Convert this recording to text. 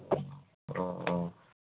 ꯑꯣ ꯑꯣ